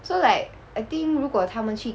so like I think 如果他们去